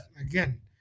Again